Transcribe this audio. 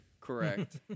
Correct